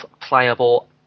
playable